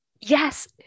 Yes